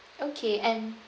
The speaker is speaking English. okay and